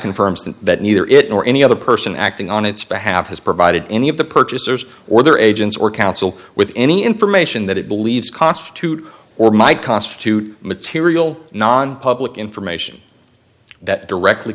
confirms that neither it nor any other person acting on its behalf has provided any of the purchasers or their agents or counsel with any information that it believes constitute or might constitute material nonpublic information that directly